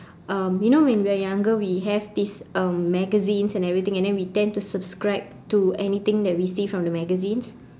um you know when we are younger we have this um magazines and everything and then we tend to subscribe to anything that we see from the magazines